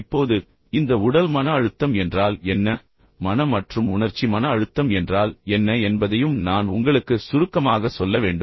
இப்போது இந்த உடல் மன அழுத்தம் என்றால் என்ன மன மற்றும் உணர்ச்சி மன அழுத்தம் என்றால் என்ன என்பதையும் நான் உங்களுக்கு சுருக்கமாக சொல்ல வேண்டும்